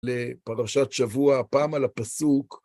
לפרשת שבוע, הפעם על הפסוק.